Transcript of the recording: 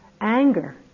anger